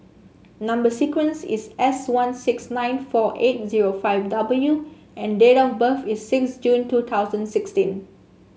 number sequence is S one six nine four eight zero five W and date of birth is six June two thousand sixteen